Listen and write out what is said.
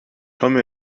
come